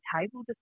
table